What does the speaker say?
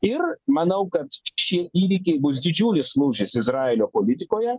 ir manau kad šie įvykiai bus didžiulis lūžis izraelio politikoje